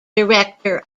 director